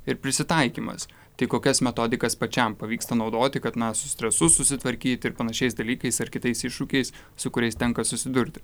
ir prisitaikymas tai kokias metodikas pačiam pavyksta naudoti kad na su stresu susitvarkyt ir panašiais dalykais ar kitais iššūkiais su kuriais tenka susidurti